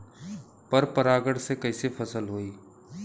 पर परागण से कईसे फसल होई?